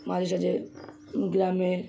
মাঝেসাঝে গ্রামে